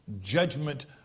judgment